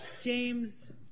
James